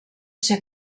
ser